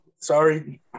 Sorry